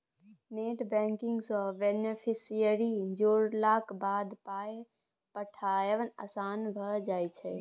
net banking सँ beneficiary जोड़लाक बाद पाय पठायब आसान भऽ जाइत छै